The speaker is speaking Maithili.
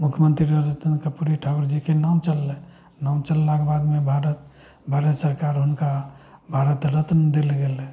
मुख्यमन्त्री रहथिन तऽ कर्पूरी ठाकुर जीके नाम चललै नाम चललाके बादमे भारत भारत सरकार हुनका भारत रत्न देल गेलय